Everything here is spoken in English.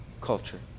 culture